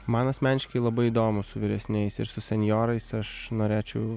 man asmeniškai labai įdomu su vyresniais ir su senjorais aš norėčiau